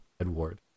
Edward